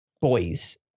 Boys